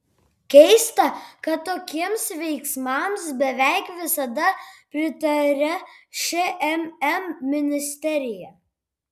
keista kad tokiems veiksmams beveik visada pritaria šmm ministerija